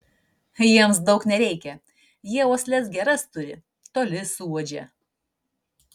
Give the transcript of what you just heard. jiems daug nereikia jie uosles geras turi toli suuodžia